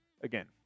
Again